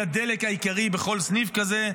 היא הדלק העיקרי בכל סניף כזה,